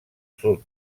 sud